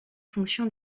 fonction